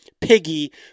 Piggy